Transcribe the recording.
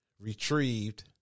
retrieved